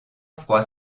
froid